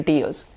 years